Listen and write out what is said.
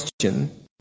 question